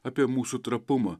apie mūsų trapumą